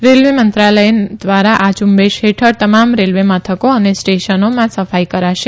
railway મંત્રાલય દ્વારા આ ઝુંબેશ હેઠળ તમામ રેલવે મથકો અને સ્ટેશનોમાં સફાઈ કરાશે